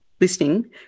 listening